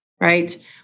Right